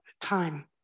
time